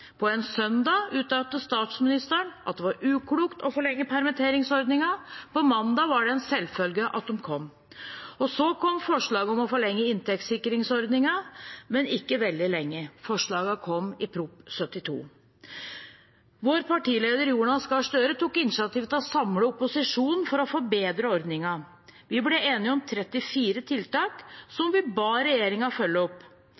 på plass. På en søndag uttalte statsministeren at det var uklokt å forlenge permitteringsordningen, på mandag var det en selvfølge at det kom. Så kom forslaget om å forlenge inntektssikringsordningene, men ikke veldig lenge. Forslagene kom i Prop. 72 LS for 2020–2021. Vår partileder, Jonas Gahr Støre, tok initiativ til å samle opposisjonen for å forbedre ordningene. Vi ble enige om 34 tiltak,